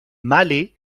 malais